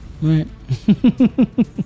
Right